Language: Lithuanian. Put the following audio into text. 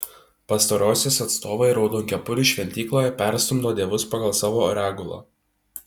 pastarosios atstovai raudonkepurių šventykloje perstumdo dievus pagal savo regulą